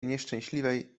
nieszczęśliwej